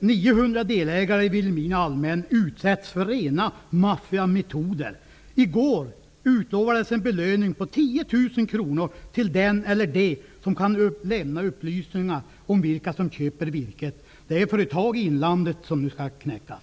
900 delägare i Vilhelmina allmänning utsätts för rena maffiametoder. I går utlovades en belöning på 10 000 kr till den eller dem som kan lämna upplysningar om vilka som köper virket. Det är företag i inlandet som skall knäckas.